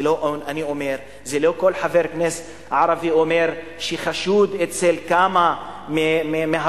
זה לא של חבר כנסת ערבי שחשוד אצל כמה מהפוליטיקאים